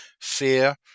fear